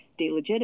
delegitimate